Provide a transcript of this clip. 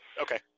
Okay